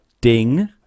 ding